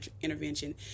intervention